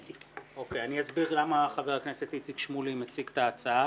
אני אסביר למה חבר הכנסת איציק שמולי מציג את ההצעה.